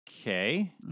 okay